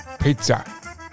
Pizza